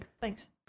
thanks